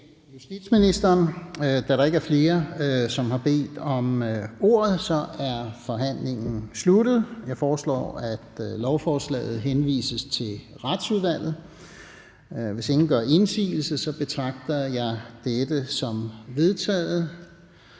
justitsministeren. Da der ikke er flere, som har bedt om ordet, er forhandlingen sluttet. Jeg foreslår, at lovforslaget henvises til Retsudvalget. Hvis ingen gør indsigelse, betragter jeg dette som vedtaget.